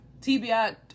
TBI